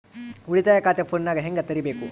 ಉಳಿತಾಯ ಖಾತೆ ಫೋನಿನಾಗ ಹೆಂಗ ತೆರಿಬೇಕು?